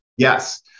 Yes